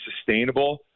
sustainable